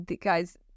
guys